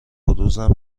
روزم